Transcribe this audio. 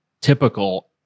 typical